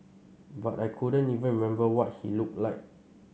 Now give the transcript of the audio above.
but I couldn't even remember what he looked like